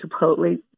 Chipotle